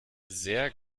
sehr